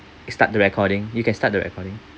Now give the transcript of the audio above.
you start the recording you can start the according